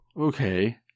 okay